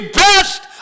best